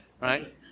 right